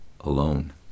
alone